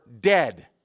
dead